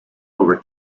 over